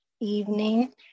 evening